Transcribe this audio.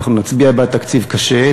אנחנו נצביע בעד תקציב קשה,